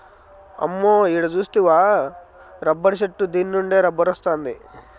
అమ్మో ఈడ సూస్తివా రబ్బరు చెట్టు దీన్నుండే రబ్బరొస్తాండాది